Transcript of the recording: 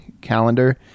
calendar